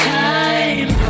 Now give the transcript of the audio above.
time